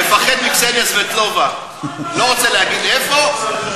מפחד מקסניה סבטלובה לא רוצה להגיד איפה,